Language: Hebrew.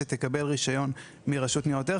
שתקבל רישיון מרשות ניירות ערך,